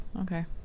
okay